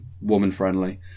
Woman-friendly